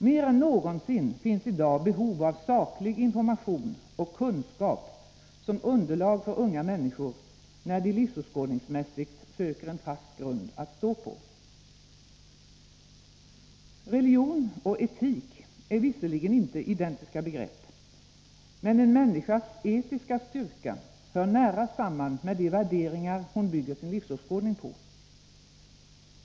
Mer än någonsin finns i dag behov av saklig information och kunskap som underlag för unga människor när de livsåskådningsmässigt söker en fast grund att stå på. Religion och etik är visserligen inte identiska begrepp. Men en människas etiska styrka hör nära samman med de värderingar hon bygger sin livsåskådning på.